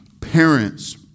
parents